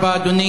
אדוני,